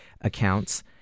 accounts